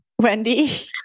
wendy